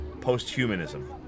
post-humanism